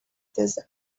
desert